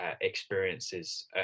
experiences